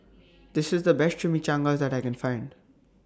This IS The Best Chimichangas that I Can Find